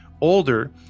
older